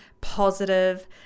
positive